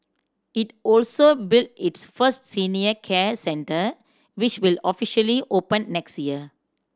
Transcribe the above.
it also built its first senior care centre which will officially open next year